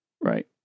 right